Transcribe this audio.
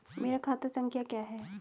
मेरा खाता संख्या क्या है?